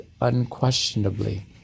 unquestionably